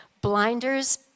blinders